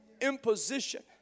imposition